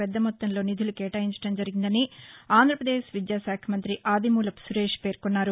పెద్ద మొత్తంలో నిధులు కేటాయించడం జరిగిందని ఆంధ్రప్రదేశ్ విద్యాశాఖ మంత్రి ఆదిమూలపు సురేష్ పేర్కొన్నారు